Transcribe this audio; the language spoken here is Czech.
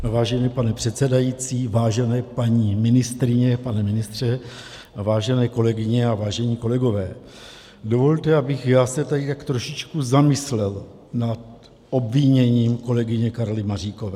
Vážený pane předsedající, vážené paní ministryně, pane ministře a vážené kolegyně a vážení kolegové, dovolte, abych se tady trošičku zamyslel nad obviněním kolegyně Karly Maříkové.